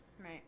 Right